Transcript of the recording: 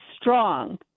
strong